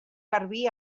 garbí